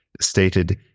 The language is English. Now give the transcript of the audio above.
stated